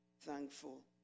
thankful